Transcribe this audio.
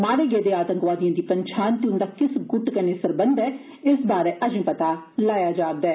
मारे गेदे आतंकवादिएं दी पन्छान ते उन्दा किस गुट कन्नै सरबंध ऐ इस बारै पता लाया जा'रदा ऐ